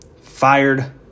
Fired